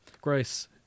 Grace